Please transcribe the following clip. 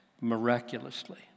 miraculously